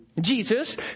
Jesus